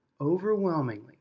Overwhelmingly